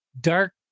dark